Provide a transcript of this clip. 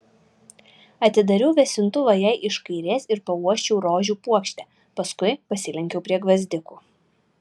atidariau vėsintuvą jai iš kairės ir pauosčiau rožių puokštę paskui pasilenkiau prie gvazdikų